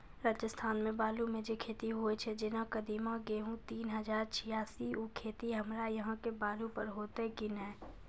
राजस्थान मे बालू मे जे खेती होय छै जेना कदीमा, गेहूँ तीन हजार छियासी, उ खेती हमरा यहाँ के बालू पर होते की नैय?